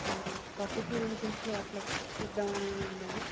ఆ forty four inches లో అట్ల చుద్దామని వున్నది